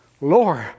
Lord